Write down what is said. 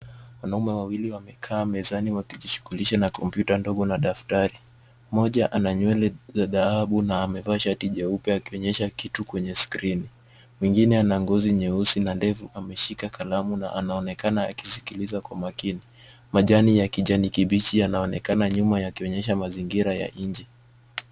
Wanaume wawili wamekaa mezani wakijishughulisha, na komputa ndogo na daftari .Mmoja ana nywele za dhahabu na amevaa shati jeupe, akionyesha kitu kwenye skrini .Mwingine ana ngozi nyeusi na ndevu ameshika kalamu na anaonekana akiskiliza kwa makini. Majani ya kijani kibichi yanaonekana nyuma yakionyesha mazingira ya nje.